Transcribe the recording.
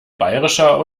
bayerischer